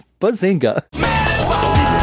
Bazinga